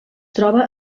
troba